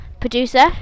producer